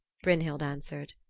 brynhild answered.